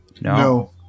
No